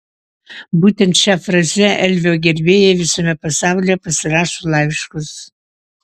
būtent šia fraze elvio gerbėjai visame pasaulyje pasirašo laiškus